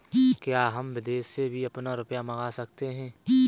क्या हम विदेश से भी अपना रुपया मंगा सकते हैं?